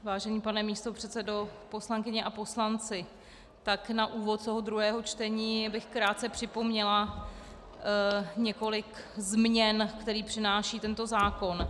Vážený pane místopředsedo, poslankyně a poslanci, na úvod druhého čtení bych krátce připomněla několik změn, které přináší tento zákon.